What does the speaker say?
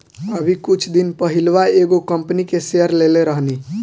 अभी कुछ दिन पहिलवा एगो कंपनी के शेयर लेले रहनी